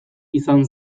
izan